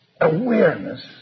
Awareness